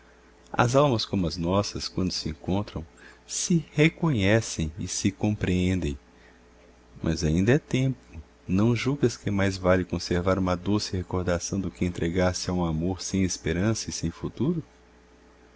as almas como as nossas quando se encontram se reconhecem e se compreendem mas ainda é tempo não julgas que mais vale conservar uma doce recordação do que entregar-se a um amor sem esperança e sem futuro